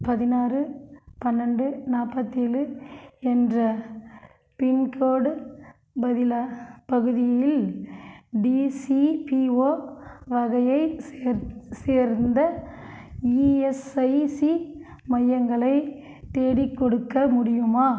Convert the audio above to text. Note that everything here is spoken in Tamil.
பதினாறு பன்னெண்டு நாற்பத்தி ஏழு என்ற பின்கோடு பகுதியில் டிசிபிஓ வகையைச் சேர்ந்த இஎஸ்ஐசி மையங்களை தேடிக்கொடுக்க முடியுமா